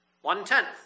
One-tenth